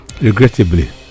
Regrettably